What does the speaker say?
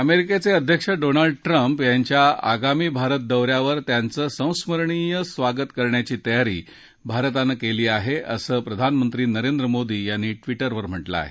अमेरिकेचे अध्यक्ष Donald Trump यांच्या आगामी भारत दौऱ्यावर त्यांचं संस्मरणीय स्वागत करण्याची तयारी भारतानं केली आहे असं प्रधानमंत्री नरेंद्र मोदी यांनी ट्विटरवर म्हटलं आहे